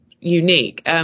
unique